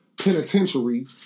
penitentiary